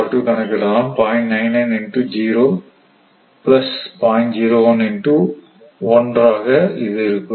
01 into 1 ஆக இது இருக்கும்